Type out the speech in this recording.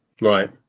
Right